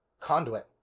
conduit